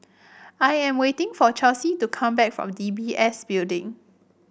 I am waiting for Chelsi to come back from D B S Building